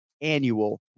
annual